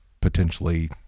potentially